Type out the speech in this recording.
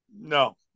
no